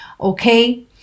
Okay